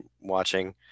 watching